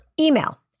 email